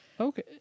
okay